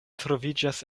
troviĝas